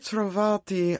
trovati